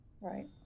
Right